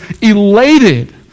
elated